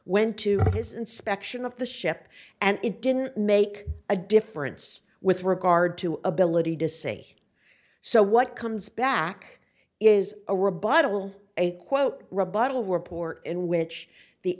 went to his inspection of the ship and it didn't make a difference with regard to ability to say so what comes back is a rebuttable a quote rebuttal report in which the